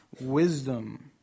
wisdom